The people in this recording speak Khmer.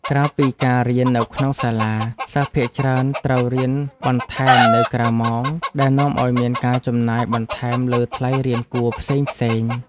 ក្រៅពីការរៀននៅក្នុងសាលា សិស្សភាគច្រើនត្រូវរៀនបន្ថែមនៅក្រៅម៉ោងដែលនាំឱ្យមានការចំណាយបន្ថែមលើថ្លៃរៀនគួរផ្សេងៗ។